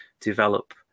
develop